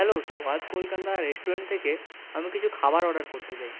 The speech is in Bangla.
হ্যালো সোহাদ কলকাতা রেস্টুরেন্ট থেকে আমি কিছু খাবার অর্ডার করতে চাই